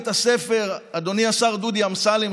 אדוני השר דודי אמסלם,